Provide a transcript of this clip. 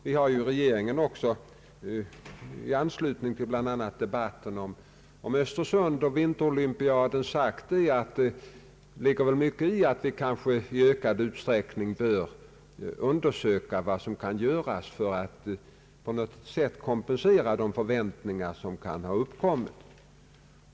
Vi har i regeringen också bl.a. i anslutning till debatten om vinterolympiadens förläggning till Östersund sagt oss att det ligger mycket i talet om att vi i ökad utsträckning bör undersöka vad som kan göras för att på något sätt kompensera de förväntningar som kan ha uppkommit.